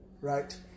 right